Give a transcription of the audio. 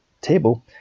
table